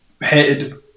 hated